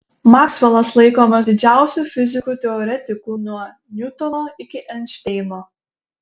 maksvelas laikomas didžiausiu fiziku teoretiku nuo niutono iki einšteino